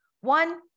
One